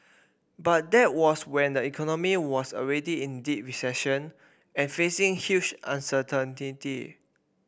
but that was when the economy was already in deep recession and facing huge